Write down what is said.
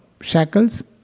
shackles